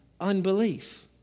Unbelief